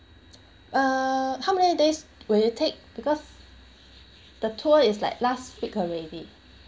uh how many days will it take because the tour is like last week already